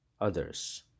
others